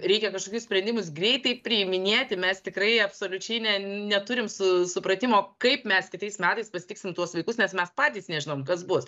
reikia kažkokius sprendimus greitai priiminėti mes tikrai absoliučiai ne neturim su supratimo kaip mes kitais metais pasitiksim tuos vaikus nes mes patys nežinom kas bus